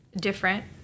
different